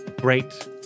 great